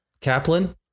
Kaplan